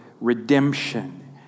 redemption